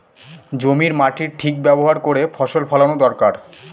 জমির মাটির ঠিক ব্যবহার করে ফসল ফলানো দরকার